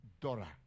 Dora